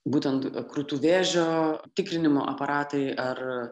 būtent krūtų vėžio tikrinimo aparatai ar